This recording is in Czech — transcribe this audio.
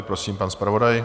Prosím, pan zpravodaj.